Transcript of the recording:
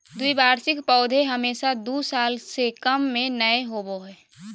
द्विवार्षिक पौधे हमेशा दू साल से कम में नयय होबो हइ